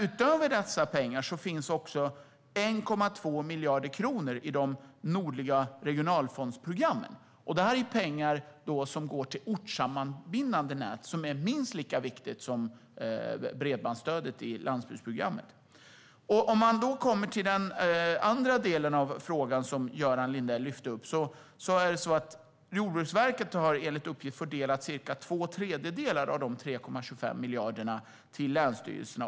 Utöver dessa pengar finns 1,2 miljarder kronor i de nordliga regionalfondsprogrammen. Det är pengar som går till ortssammanbindande nät, vilket är minst lika viktigt som bredbandsstödet i landsbygdsprogrammet. Så till den andra delen som Göran Lindell lyfter upp. Jordbruksverket har enligt uppgift fördelat cirka två tredjedelar av de 3,25 miljarderna till länsstyrelserna.